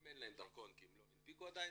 אם אין להם דרכון כי הם לא הנפיקו עדיין,